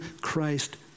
Christ